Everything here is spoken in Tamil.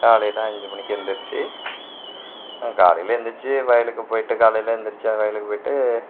காலையில் அஞ்சு மணிக்கு எழுந்துரிச்சி காலையில் எழுந்துரிச்சி வயலுக்கு போயிட்டு காலையில் எழுந்துரிச்சி வயலுக்கு போயிட்டு